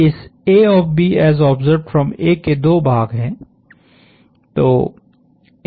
अब इस के दो भाग हैं